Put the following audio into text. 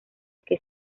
que